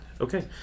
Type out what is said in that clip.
Okay